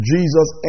Jesus